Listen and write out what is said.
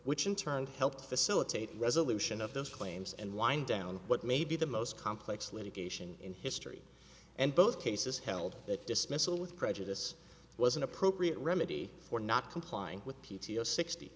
which in turn helped facilitate resolution of those claims and wind down what may be the most complex litigation in history and both cases held that dismissal with prejudice was an appropriate remedy for not complying with p t o sixty